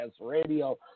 Radio